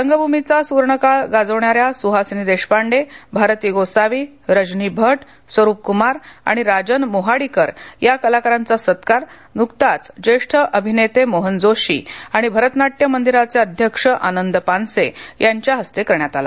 रंगभूमीचा सुवर्णकाळ गाजविणाऱ्या सुहासिनी देशपांडे भारती गोसावी रजनी भट स्वरूपक्मार आणि राजन मोहाडीकर या कलाकारांचा सत्कार नुकताच ज्येष्ठ अभिनेते मोहन जोशी आणि भरत नाट्य मंदिराचे अध्यक्ष आनंद पानसे यांच्या हस्ते करण्यात आला